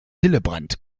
hillebrand